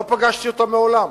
לא פגשתי אותו מעולם.